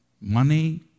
money